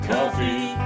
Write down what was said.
Coffee